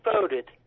voted